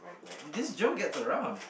this Joe gets around